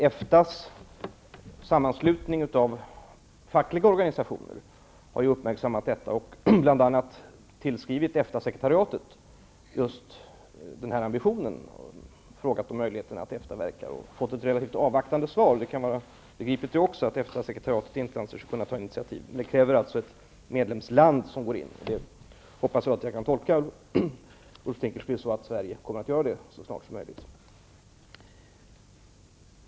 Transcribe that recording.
EFTA:s sammanslutning av fackliga organisationer har uppmärksammat detta och bl.a. tillskrivit EFTA-sekretariatet och frågat om möjligheterna, och man har fått ett avvaktande svar. Det kan vara begripligt att EFTA sekretariatet inte anser sig kunna ta initiativ. Det krävs alltså att ett medlemsland går in. Jag hoppas att jag kan tolka Ulf Dinkelspiel så, att Sverige kommer att göra detta så snart som möjligt.